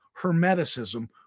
Hermeticism